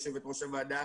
יושבת-ראש הוועדה,